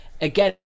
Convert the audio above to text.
Again